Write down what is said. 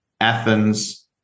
Athens